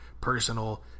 personal